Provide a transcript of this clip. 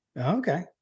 Okay